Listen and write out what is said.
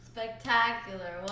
Spectacular